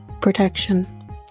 protection